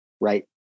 right